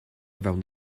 fewn